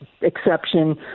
exception